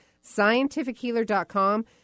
scientifichealer.com